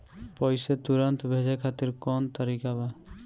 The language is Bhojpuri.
पैसे तुरंत भेजे खातिर कौन तरीका बा?